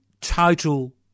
total